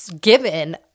given